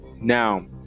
now